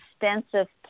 extensive